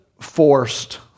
forced